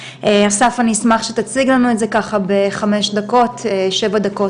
אסף אני אשמח שתציג לנו את זה בחמש-שבע דקות,